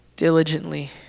Diligently